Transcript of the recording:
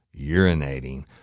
urinating